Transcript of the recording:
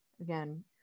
again